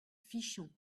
fichon